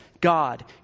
God